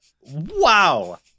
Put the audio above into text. Wow